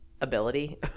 ability